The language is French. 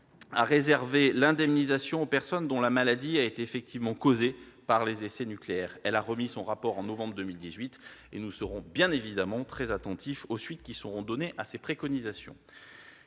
à réserver l'indemnisation aux personnes dont la maladie a été effectivement causée par les essais nucléaires. Elle a remis son rapport en novembre dernier, et nous serons très attentifs aux suites qui seront données à ses préconisations.